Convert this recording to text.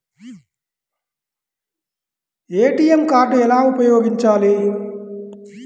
ATM card ఎలా ఉపయోగించాలి?